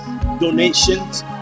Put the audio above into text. donations